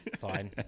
Fine